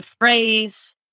phrase